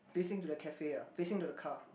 facing to the cafe ah facing to the car